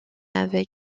avec